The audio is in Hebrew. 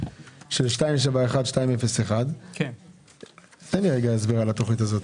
של 271201. תן לי הסבר על התכנית הזאת.